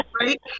Right